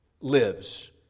lives